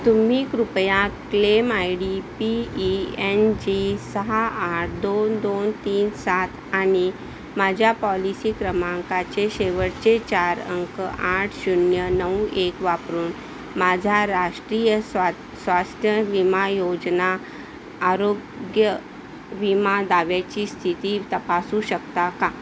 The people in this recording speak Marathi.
तुम्ही कृपया claim I D P E N G सहा आठ दोन दोन तीन सात आणि माझ्या पॉलिसी क्रमांकाचे शेवटचे चार अंक आठ शून्य नऊ एक वापरून माझ्या राष्ट्रीय स्वा स्वास्थ्य विमा योजना आरोग्य विमा दाव्याची स्थिती तपासू शकता का